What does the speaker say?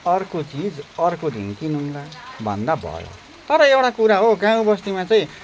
अर्को चिज अर्को दिन किनौँला भन्दा भयो तर एउटा कुरा हो गाउँबस्तीमा चाहिँ